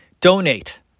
Donate